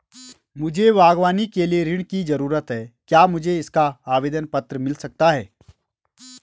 मुझे बागवानी के लिए ऋण की ज़रूरत है क्या मुझे इसका आवेदन पत्र मिल सकता है?